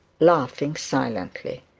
laughing silently.